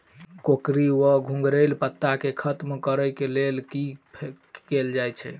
कोकरी वा घुंघरैल पत्ता केँ खत्म कऽर लेल की कैल जाय?